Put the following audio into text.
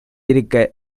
இருக்க